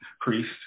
priest